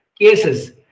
cases